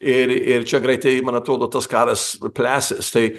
ir ir čia greitai man atrodo tas karas plesis tai